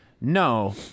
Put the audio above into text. No